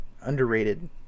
underrated